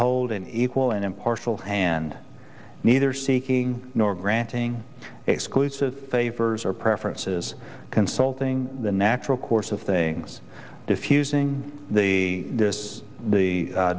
hold an equal and impartial hand neither seeking nor granting exclusive favors or preferences consulting the natural course of things diffusing the th